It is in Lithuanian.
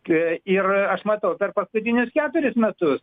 ir aš matau per paskutinius keturis metus